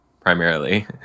primarily